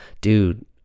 Dude